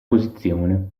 posizione